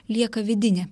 lieka vidinė